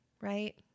right